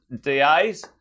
DAs